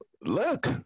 Look